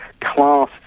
class